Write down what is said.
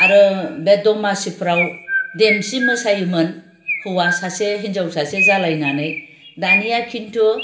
आरो बे दमासिफोराव देमसि मोसायोमोन हौवा सासे हिनजाव सासे जालायनानै दानिया खिन्थु